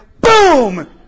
Boom